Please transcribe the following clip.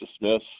dismiss